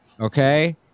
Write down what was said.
Okay